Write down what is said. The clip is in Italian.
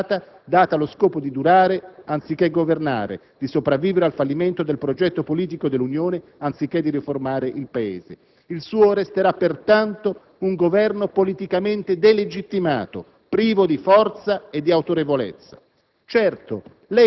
una fiducia di facciata, data allo scopo di durare, anziché governare; di sopravvivere al fallimento del progetto politico dell'Unione, anziché di riformare il Paese. Il suo resterà pertanto un Governo politicamente delegittimato, privo di forza e di autorevolezza.